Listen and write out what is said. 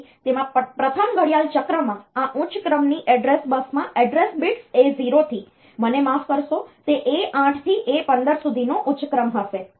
તેથી તેમાં પ્રથમ ઘડિયાળ ચક્રમાં આ ઉચ્ચ ક્રમની એડ્રેસ બસમાં એડ્રેસ bits A0 થી મને માફ કરશો તે A8 થી A15 સુધીનો ઉચ્ચ ક્રમ હશે